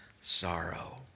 sorrow